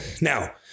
Now